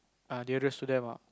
ah nearest to them ah